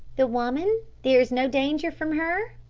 the woman there is no danger from her?